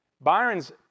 Byron's